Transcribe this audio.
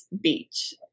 beach